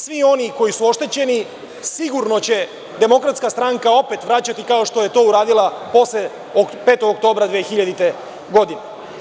Svi oni koji su oštećeni sigurno će DS opet vraćati kao što je to uradila posle 5. oktobra 2000. godine.